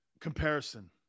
comparison